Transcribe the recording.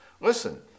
listen